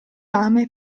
lame